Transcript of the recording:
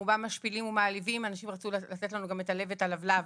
רובם משפילים ומעליבים אנשים רצו לתת לנו גם את הלב ואת הלבלב